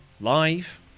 live